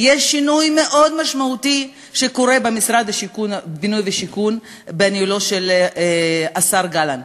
יש שינוי מאוד משמעותי שקורה במשרד הבינוי והשיכון בניהולו של השר גלנט.